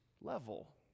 level